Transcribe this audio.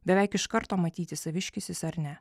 beveik iš karto matyti saviškis jis ar ne